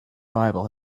bible